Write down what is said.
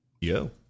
Yo